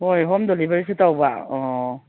ꯍꯣꯏ ꯍꯣꯝ ꯗꯦꯂꯤꯕꯔꯤꯁꯨ ꯇꯧꯕ ꯑꯣ